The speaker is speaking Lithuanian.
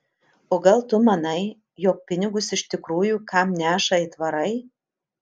o gal tu manai jog pinigus iš tikrųjų kam neša aitvarai